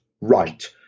right